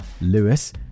lewis